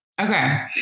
okay